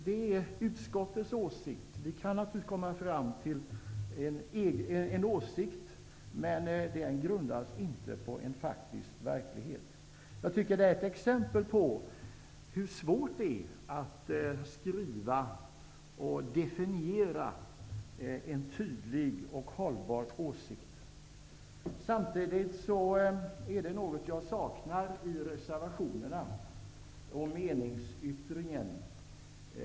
Det är utskottets åsikt. Vi kan naturligtvis komma fram till en åsikt, men den grundas inte på en faktisk verklighet. Jag tycker att det är ett exempel på hur svårt det är att skriva och definiera en tydlig och hållbar åsikt. Samtidigt är det något jag saknar i reservationerna och meningsyttringen.